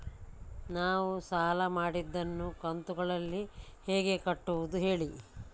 ನಾವು ಸಾಲ ಮಾಡಿದನ್ನು ಕಂತುಗಳಲ್ಲಿ ಹೇಗೆ ಕಟ್ಟುದು ಹೇಳಿ